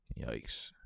Yikes